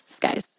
guys